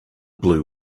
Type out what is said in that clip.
blue